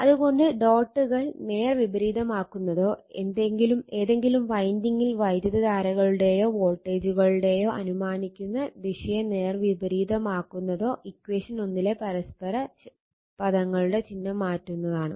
അതുകൊണ്ട് ഡോട്ടുകൾ നേർ വിപരീതമാക്കുന്നതോ ഏതെങ്കിലും വൈൻഡിംഗിൽ വൈദ്യുതധാരകളുടെയോ വോൾട്ടേജുകളുടെയോ അനുമാനിക്കുന്ന ദിശയെ നേർ വിപരീതമാക്കുന്നതോ ഇക്വഷൻ 1 ലെ പരസ്പര പദങ്ങളുടെ ചിഹ്നം മാറ്റുന്നതാണ്